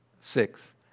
Six